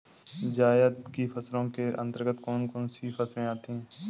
जायद की फसलों के अंतर्गत कौन कौन सी फसलें आती हैं?